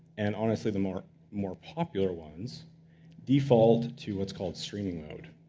and honestly, the more more popular ones default to what's called streaming mode,